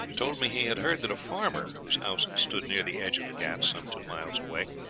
told me he had heard that a farmer whose house stood near the edge of the ghauts, some two miles away,